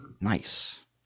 Nice